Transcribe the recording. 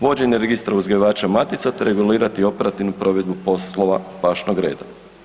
Vođenje registra uzgajivača matica te regulirati operativnu provedbu poslova pašnog reda.